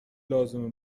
لازمه